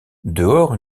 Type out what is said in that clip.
dehors